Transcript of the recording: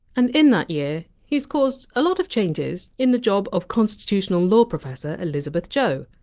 and in that year, he's caused a lot of changes in the job of constitutional law professor elizabeth joh.